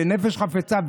בנפש חפצה.